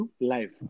life